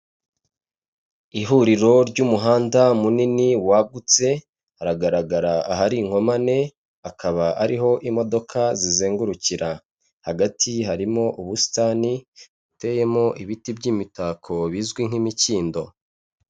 Ihuriro ry'umuhanda munini wagutse haragaragara ahari inkomane akaba ari ho imodoka zizengurukira, hagati harimo ubusitani buteyemo ibiti by'imitako bizwi nk'imikindo.